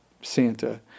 Santa